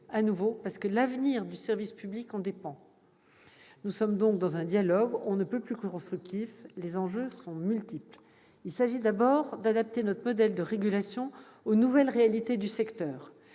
partagée, parce que l'avenir du service public en dépend. Nous sommes donc dans un dialogue on ne peut plus constructif. Les enjeux sont multiples. Il s'agit d'abord d'adapter notre modèle de régulation aux nouvelles réalités du secteur.